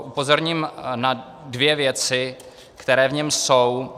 Upozorním na dvě věci, které v něm jsou.